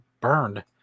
burned